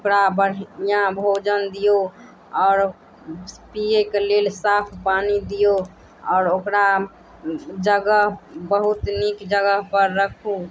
ओकरा बढ़िऑं भोजन दियौ आओर पीयैके लेल साफ पानि दियौ और ओकरा जगह बहुत नीक जगह पर रखू